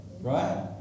right